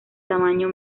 tamaño